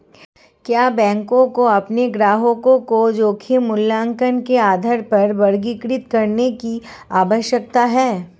क्या बैंकों को अपने ग्राहकों को जोखिम मूल्यांकन के आधार पर वर्गीकृत करने की आवश्यकता है?